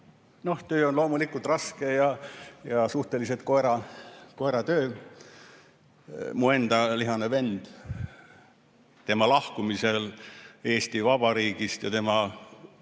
10. Töö on loomulikult raske ja suhteliselt koeratöö. Mu enda lihane vend, tema lahkumisel Eesti Vabariigist ja tema